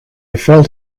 felt